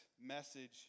message